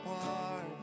apart